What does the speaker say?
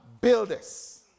builders